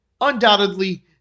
undoubtedly